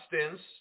substance